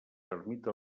ermites